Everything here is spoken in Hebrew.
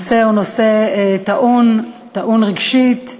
הנושא טעון רגשית.